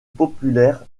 populaire